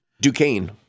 Duquesne